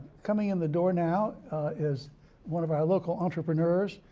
coming in the door now is one of our local entrepreneurs,